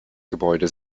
gebäude